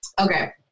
Okay